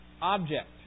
object